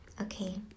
Okay